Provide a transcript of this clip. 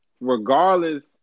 regardless